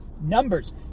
numbers